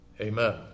Amen